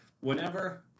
whenever